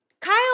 Kyle